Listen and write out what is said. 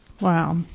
Wow